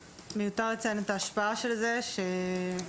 מיותר לציין את ההשפעה של זה ימי